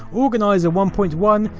organiser one point one,